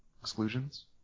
exclusions